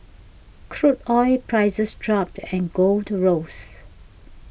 crude oil prices dropped and gold rose